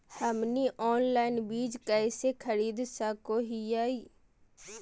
हमनी ऑनलाइन बीज कइसे खरीद सको हीयइ?